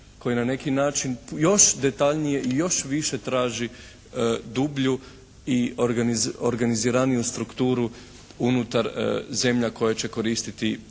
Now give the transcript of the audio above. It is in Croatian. koji na neki način još detaljnije i još više traži dublju i organiziraniju strukturu unutar zemalja koje će koristiti